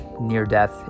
near-death